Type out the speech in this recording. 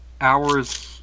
hours